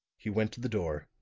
he went to the door,